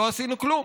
לא עשינו כלום.